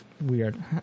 weird